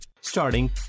Starting